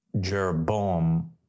Jeroboam